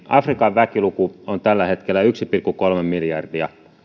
afrikan väkiluku on tällä hetkellä yksi pilkku kolme miljardia